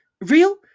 Real